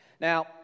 Now